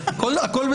אחד.